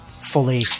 fully